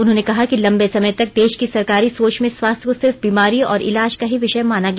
उन्होंने कहा कि लंबे समय तक देश की सरकारी सोच में स्वास्थ्य को सिर्फ बीमारी और इलाज का ही विषय माना गया